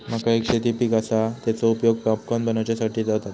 मका एक शेती पीक आसा, तेचो उपयोग पॉपकॉर्न बनवच्यासाठी जाता